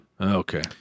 Okay